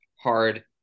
hard